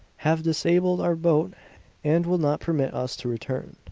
have disabled our boat and will not permit us to return,